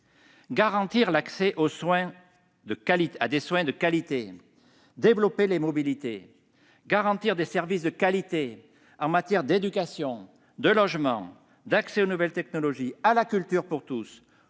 Garantir l'accès à des soins de qualité, développer les mobilités, proposer des services de qualité en matière d'éducation, de logement et d'accès aux nouvelles technologies, ainsi qu'à la culture pour tous,